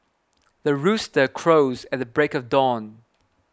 the rooster crows at the break of dawn